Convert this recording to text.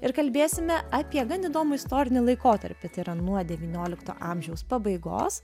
ir kalbėsime apie gan įdomų istorinį laikotarpį tai yra nuo devyniolikto amžiaus pabaigos